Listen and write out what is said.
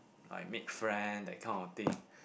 like make friend that kind of thing